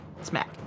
smack